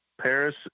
Paris